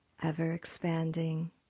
ever-expanding